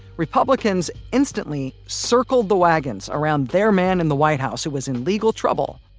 republicans instantly circled the wagons around their man in the white house who was in legal trouble,